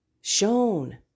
shown